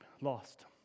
lost